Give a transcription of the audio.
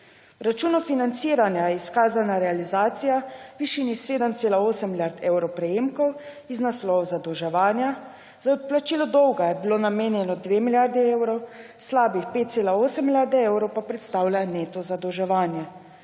računu financiranja je izkazana realizacija v višini 7,8 milijard evrov prejemkov iz naslova zadolževanja, za odplačilo dolga sta bili namenjeni 2 milijardi evrov, slabih 5,8 milijarde evrov pa predstavlja neto zadolževanje.